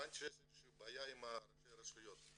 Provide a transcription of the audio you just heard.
הבנתי שיש בעיה עם ראשי הרשויות.